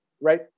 right